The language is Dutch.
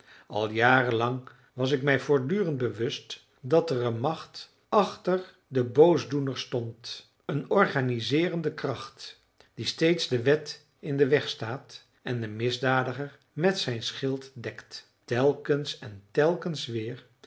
al jaren lang was ik mij voortdurend bewust dat er een macht achter den boosdoener stond een organiseerende kracht die steeds de wet in den weg staat en den misdadiger met zijn schild dekt telkens en telkens weer